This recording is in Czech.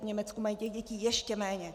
V Německu mají dětí ještě méně.